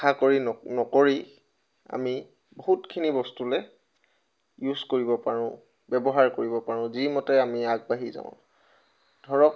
আশা কৰি নকৰি আমি বহুতখিনি বস্তুলৈ ইউজ কৰিব পাৰোঁ ব্যৱহাৰ কৰিব পাৰোঁ যি মতে আমি আগবাঢ়ি যাওঁ ধৰক